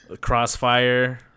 crossfire